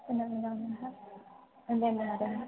पुनर्मिलामः धन्यवादः